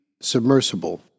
submersible